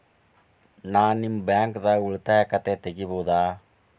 ನಾ ನಿಮ್ಮ ಬ್ಯಾಂಕ್ ದಾಗ ಉಳಿತಾಯ ಖಾತೆ ತೆಗಿಬಹುದ?